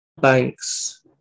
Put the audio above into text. Banks